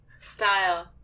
Style